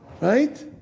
Right